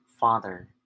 Father